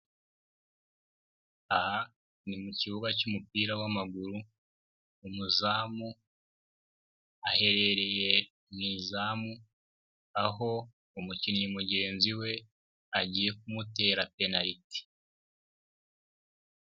Aha ni mu kibuga cy'umupira w'amaguru, umuzamu aherereye mu izamu aho umukinnyi mugenzi we agiye kumutera penaliti.